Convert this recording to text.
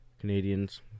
Canadians